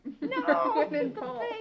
No